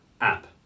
app